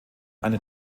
eine